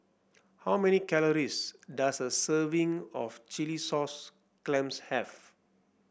how many calories does a serving of Chilli Sauce Clams have